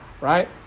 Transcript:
Right